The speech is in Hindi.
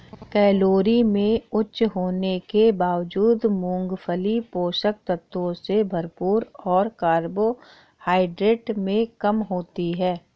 कैलोरी में उच्च होने के बावजूद, मूंगफली पोषक तत्वों से भरपूर और कार्बोहाइड्रेट में कम होती है